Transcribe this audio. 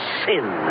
sin